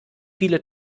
viele